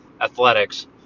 Athletics